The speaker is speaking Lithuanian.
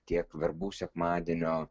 tiek verbų sekmadienio